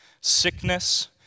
sickness